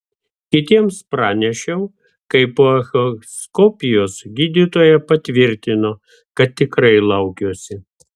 kitiems pranešiau kai po echoskopijos gydytoja patvirtino kad tikrai laukiuosi